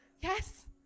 Yes